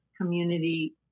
community